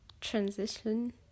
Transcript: transition